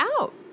out